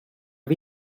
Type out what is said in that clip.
att